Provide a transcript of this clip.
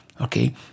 Okay